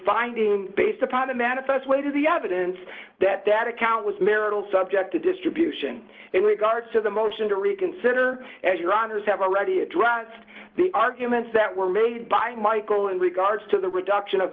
finding based upon the manifest weight of the evidence that that account was marital subject to distribution in regards to the motion to reconsider your honour's have already a drunk's the arguments that were made by michael in regards to the reduction of